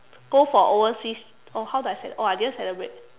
go for overseas oh how do I cele~ oh I didn't celebrate